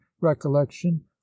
recollection